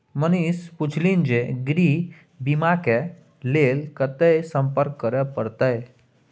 मनीष पुछलनि जे गृह बीमाक लेल कतय संपर्क करय परत?